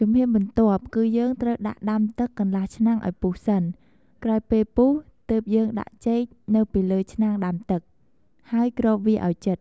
ជំហានបន្ទាប់គឺយើ់ងត្រូវដាក់ដាំទឹកកន្លះឆ្នាំងឱ្យពុះសិន ក្រោយពេលពុះទើបយើងដាក់ចេកនៅពីលើឆ្នាំងដាំទឹក ហើយគ្របវាឱ្យជិត។